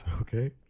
Okay